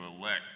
elect